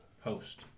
host